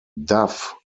duff